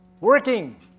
Working